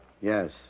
Yes